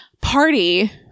party